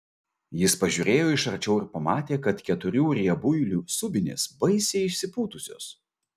jis pažiūrėjo iš arčiau ir pamatė kad keturių riebuilių subinės baisiai išsipūtusios